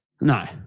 No